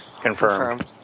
Confirmed